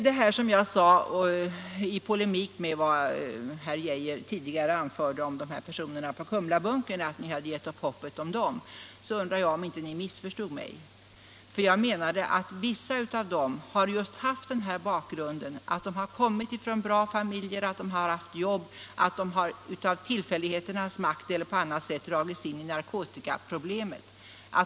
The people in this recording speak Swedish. Vad sedan gäller det som jag tidigare sade i polemik med herr Geijer, då denne menade att han hade givit upp hoppet om internerna i Kumlabunkern, undrar jag om inte justitieministern missförstod mig. Jag pekade på det förhållandet att vissa av dessa personer har haft en bakgrund av bra familjer och goda jobb men av tillfälligheternas spel eller på annat sätt dragits in i narkotikaproblemen.